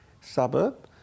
suburb